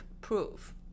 proof